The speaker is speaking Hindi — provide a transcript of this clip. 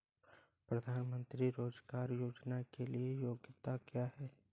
प्रधानमंत्री रोज़गार योजना के लिए योग्यता क्या है?